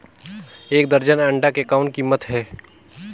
एक दर्जन अंडा के कौन कीमत हे?